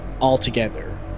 altogether